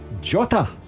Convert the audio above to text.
Jota